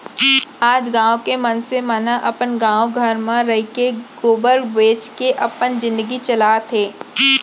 आज गॉँव के मनसे मन ह अपने गॉव घर म रइके गोबर बेंच के अपन जिनगी चलात हें